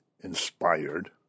inspired